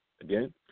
Again